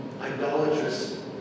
idolatrous